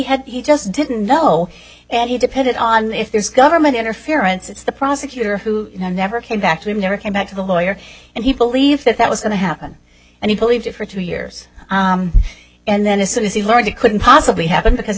had he just didn't know and he depended on if there's government interference it's the prosecutor who never came back to him never came back to the lawyer and he believed that that was going to happen and he believed it for two years and then as soon as he learned it couldn't possibly happen because it